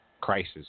crisis